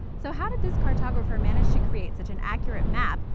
so how did this cartographer manage to create such an accurate map,